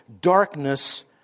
darkness